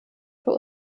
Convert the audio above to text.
für